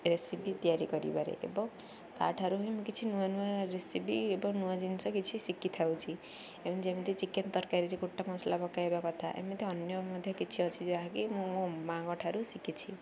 recipe ତିଆରି କରିବାରେ ଏବଂ ତା'ଠାରୁ ହିଁ ମୁଁ କିଛି ନୂଆ ନୂଆ ରେସିପି ଏବଂ ନୂଆ ଜିନିଷ କିଛି ଶିଖିଥାଉଛି ଏବଂ ଯେମିତି ଚିକେନ୍ ତରକାରୀରେ ଗୋଟା ମସଲା ପକାଇବା କଥା ଏମିତି ଅନ୍ୟ ମଧ୍ୟ କିଛି ଅଛି ଯାହାକି ମୁଁ ମୋ ମାଆଙ୍କ ଠାରୁ ଶିଖିଛି